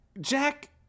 jack